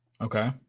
Okay